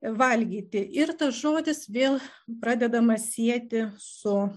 valgyti ir tas žodis vėl pradedama sieti su